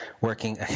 working